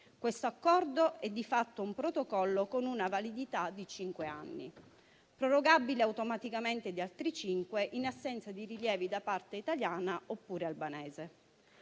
Questo accordo è di fatto un protocollo con una validità di cinque anni, prorogabile automaticamente di altri cinque in assenza di rilievi da parte italiana oppure albanese.